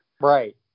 Right